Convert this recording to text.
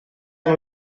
amb